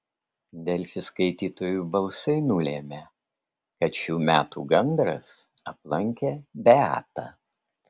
delfi skaitytojų balsai nulėmė kad šių metų gandras aplankė beatą